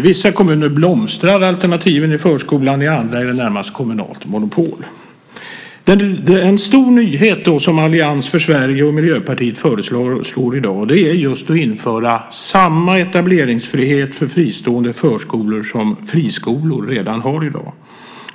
I vissa kommuner blomstrar alternativen i förskolan; i andra är det närmast kommunalt monopol. En stor nyhet som Allians för Sverige och Miljöpartiet föreslår i dag är just att införa samma etableringsfrihet för fristående förskolor som friskolor redan har i dag.